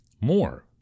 more